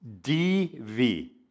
D-V